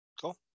Cool